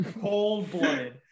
cold-blooded